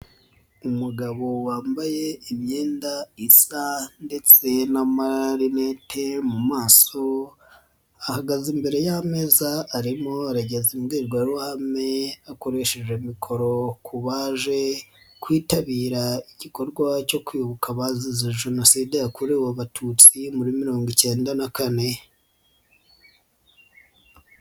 Umugabo wambaye imyenda isa ndetse n'amarinete mu maso ahagaze imbere y'ameza arimo aragezwa imbwirwabuhame akoresheje mikoro ku baje kwitabira igikorwa cyo kwibuka abazize Jenoside yakorewe Abatutsi muri mirongo icyenda na kane.